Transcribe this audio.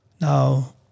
now